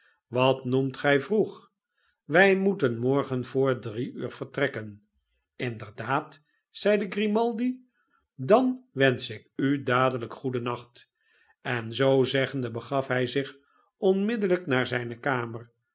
wat noemt gij vroeg wij moeten morgen voor drie uur vertrekken inderdaad zeide grimaldi dan wensch ik u dadelijk goedennacht en zoo zeggende begaf hij zich onmiddellijk naar zijne kamer